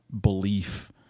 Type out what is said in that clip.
belief